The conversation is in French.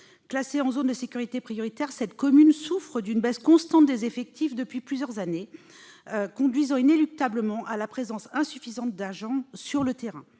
Classée en zone de sécurité prioritaire, la commune souffre d'une baisse constante des effectifs de ce poste de police depuis plusieurs années, conduisant inéluctablement à la présence insuffisante d'agents sur le terrain.